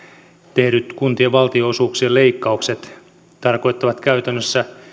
tehdyt kuntien valtionosuuksien leikkaukset tarkoittavat käytännössä